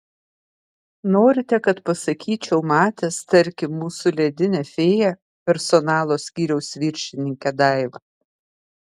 norite kad pasakyčiau matęs tarkim mūsų ledinę fėją personalo skyriaus viršininkę daivą